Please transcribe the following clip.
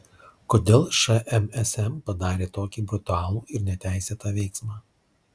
kodėl šmsm padarė tokį brutalų ir neteisėtą veiksmą